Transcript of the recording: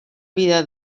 vida